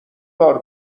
بار